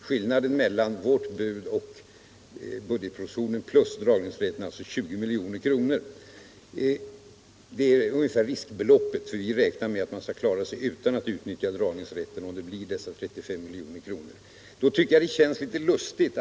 Skillnaden mellan vårt bud och budgetpropositionen plus dragningsrätten är alltså 20 milj.kr. Det är ungefär riskbeloppet. Vi räknar med att man skall klara sig med dessa 35 milj.kr. utan att utnyttja dragningsrätten.